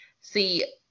see